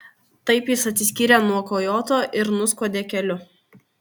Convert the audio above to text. taip jis atsiskyrė nuo kojoto ir nuskuodė keliu